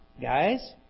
guys